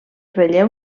relleu